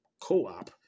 Co-op